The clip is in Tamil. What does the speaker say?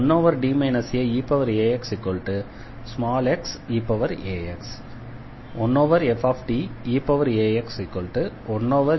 1g1D aeax 1D aXeaxXe axdx என்பதால் 1D aeaxxeax